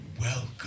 welcome